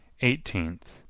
eighteenth